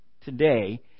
today